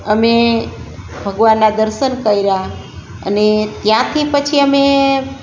અમે ભગવાનનાં દર્શન કર્યાં અને ત્યાંથી પછી અમે